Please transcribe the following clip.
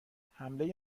حمله